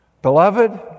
Beloved